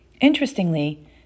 Interestingly